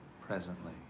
presently